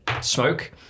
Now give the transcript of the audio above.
smoke